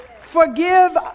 forgive